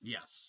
Yes